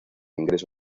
ingreso